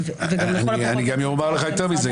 אני אומר לך גם יותר מזה.